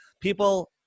People